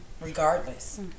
regardless